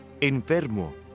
Enfermo